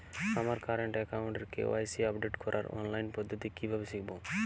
আমার কারেন্ট অ্যাকাউন্টের KYC update করার অনলাইন পদ্ধতি কীভাবে শিখব?